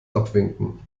abwinken